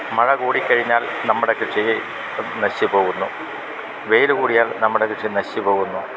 മഴ കൂടി കഴിഞ്ഞാൽ നമ്മുടെ കൃഷി നശിച്ച് പോകുന്നു വെയിൽ കൂടിയാൽ നമ്മുടെ കൃഷി നശിച്ച് പോകുന്നു